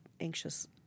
anxious